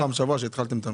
אמרתם בפעם הקודמת שהתחלתם.